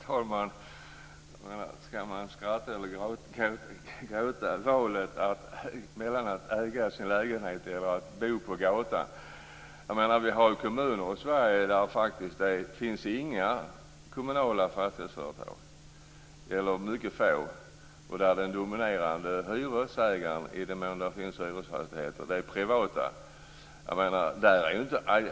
Fru talman! Skall man skratta eller gråta? Här säger Anders Ygeman att valet står mellan att äga sin lägenhet eller att bo på gatan. Vi har kommuner i Sverige där det faktiskt inte finns några kommunala fastighetsföretag, eller mycket få, och där de dominerande hyresfastighetsägarna, i den mån det finns hyresfastigheter, är privata ägare.